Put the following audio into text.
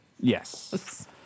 Yes